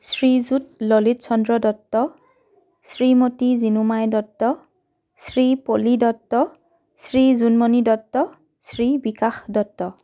Srijut Lalit Chandra Dutta Shrimati Jinumai Dutta Shri Poli Dutta Shri Jonmoni Dutta Shri Bikash Dutta